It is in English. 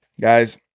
guys